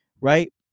right